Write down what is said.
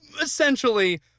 essentially